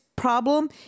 problem